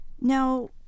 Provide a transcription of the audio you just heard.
Now